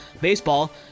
baseball